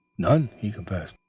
none, he confessed.